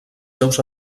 seus